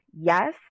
yes